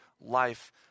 life